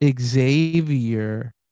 Xavier